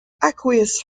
aqueous